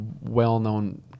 well-known